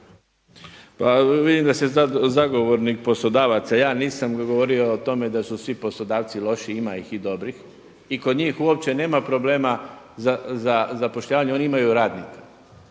vidim da ste zagovornik poslodavaca. Ja nisam govorio o tome da su svi poslodavci loši, ima ih i dobrih i kod njih uopće nema problema za zapošljavanje. Oni imaju radnika.